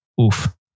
Oof